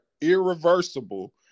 irreversible